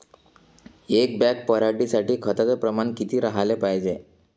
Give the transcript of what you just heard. एक बॅग पराटी साठी खताचं प्रमान किती राहाले पायजे?